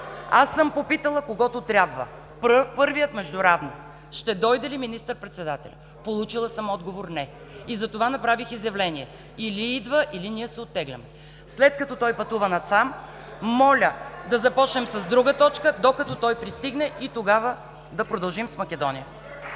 Аз съм попитала когото трябва – първият между равните: „ще дойде ли министър-председателят“? Получила съм отговор: „не“. Затова направих изявление – или идва, или ние се оттегляме. След като той пътува насам, моля да започнем с друга точка, докато той пристигне и тогава да продължим с Македония.